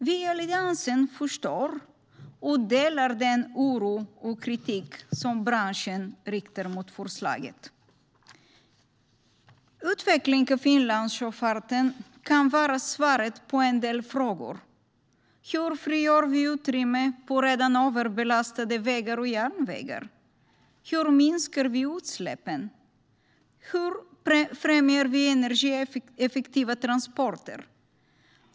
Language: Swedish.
Vi i Alliansen förstår och delar den oro och kritik som branschen riktar mot förslaget. Utveckling av inlandssjöfarten kan vara svaret på en del frågor. Hur frigör vi utrymme på redan överbelastade vägar och järnvägar? Hur minskar vi utsläppen? Hur främjar vi energieffektiva transporter?